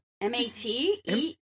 M-A-T-E